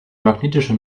magnetische